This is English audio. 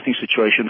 situation